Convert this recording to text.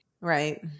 Right